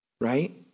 right